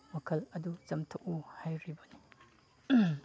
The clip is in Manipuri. ꯋꯥꯈꯜ ꯑꯗꯨ ꯆꯝꯊꯣꯛꯎ ꯍꯥꯏꯔꯤꯕꯅꯤ